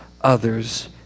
others